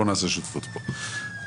בוא נעשה שותפות פה.